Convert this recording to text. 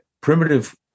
primitive